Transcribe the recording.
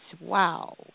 Wow